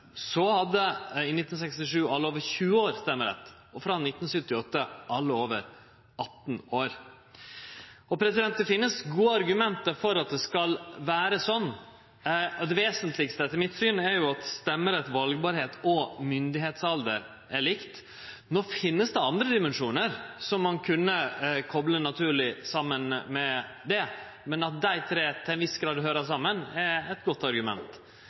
og frå 1978: alle over 18 år. Det finst gode argument for at det skal vere slik. Det vesentlegaste, etter mitt syn, er at stemmerettsalder, valførleiksalder og myndigalder er likt. No finst det andre dimensjonar som ein naturleg kunne kople saman med det, men at dei tre til ein viss grad høyrer saman, er eit godt argument.